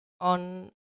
on